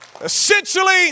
Essentially